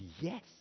yes